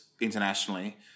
internationally